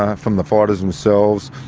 ah from the fighters themselves.